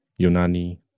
Yunani